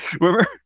Remember